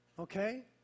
Okay